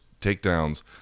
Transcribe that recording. takedowns